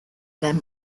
them